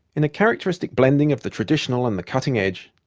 in a characteristic blending of the traditional and the cutting edge,